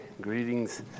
greetings